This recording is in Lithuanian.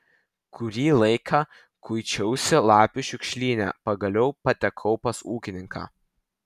kurį laiką kuičiausi lapių šiukšlyne pagaliau patekau pas ūkininką